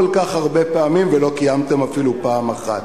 כך הרבה פעמים ולא קיימתם אפילו פעם אחת,